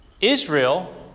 Israel